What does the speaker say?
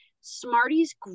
Smarties